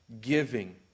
giving